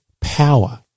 power